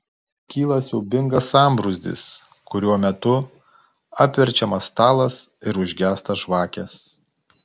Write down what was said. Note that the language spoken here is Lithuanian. kyla siaubingas sambrūzdis kurio metu apverčiamas stalas ir užgęsta žvakės